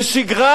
לשגרה,